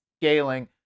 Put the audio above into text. scaling